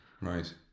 Right